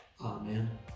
Amen